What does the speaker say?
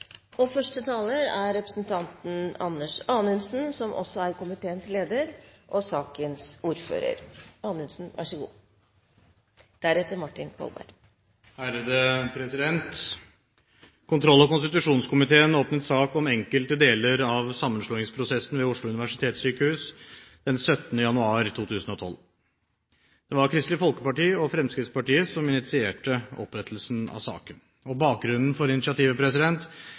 og stimulere til en best mulig utvikling innenfor de ulike delene av helsetjenesten. Flere har ikke bedt om ordet til sak nr. 2. Kontroll- og konstitusjonskomiteen åpnet sak om enkelte deler av sammenslåingsprosessen ved Oslo universitetssykehus 17. januar 2012. Det var Kristelig Folkeparti og Fremskrittspartiet som initierte opprettelsen av saken. Bakgrunnen for initiativet